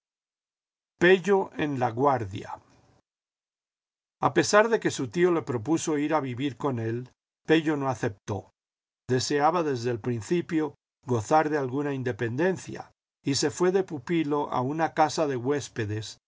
en laguardl a pesar de que su tío le propuso ir a vivir con él pello no aceptó deseaba desde el principio gozar de alguna independencia y se fué de pupilo a una casa de huéspedes